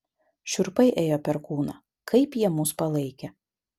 šiurpai ėjo per kūną kaip jie mus palaikė